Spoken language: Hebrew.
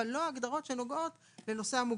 אבל לא ההגדרות שנוגעות לנושא המוגבלות.